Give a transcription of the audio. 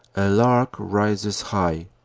a lark rises high,